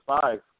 five